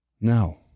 No